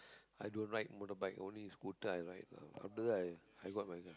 i don't ride motorbike only scooter I ride ah after that I I got my